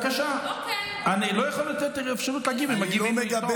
אני לא יכול לתת אפשרות להגיב אם מגיבים בקריאות.